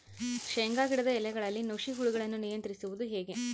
ಶೇಂಗಾ ಗಿಡದ ಎಲೆಗಳಲ್ಲಿ ನುಷಿ ಹುಳುಗಳನ್ನು ನಿಯಂತ್ರಿಸುವುದು ಹೇಗೆ?